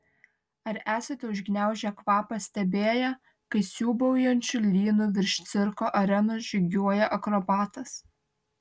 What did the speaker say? ar esate užgniaužę kvapą stebėję kai siūbuojančiu lynu virš cirko arenos žygiuoja akrobatas